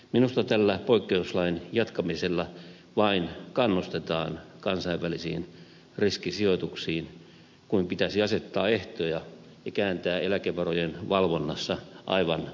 minusta tällä poikkeuslain jatkamisella vain kannustetaan kansainvälisiin riskisijoituksiin kun pitäisi asettaa ehtoja ja kääntää eläkevarojen valvonnassa aivan uusi sivu